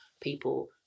people